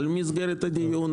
על מסגרת הדיון,